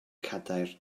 cadair